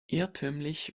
irrtümlich